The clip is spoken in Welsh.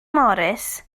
morris